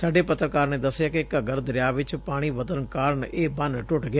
ਸਾਡੇ ਪੱਤਰਕਾਰ ਨੇ ਦਸਿਐ ਕਿ ਘੱਗਰ ਦਰਿਆ ਚ ਪਾਣੀ ਵਧਣ ਕਾਰਨ ਇਹ ਬੰਨੂ ਟੂੱਟ ਗਿਆ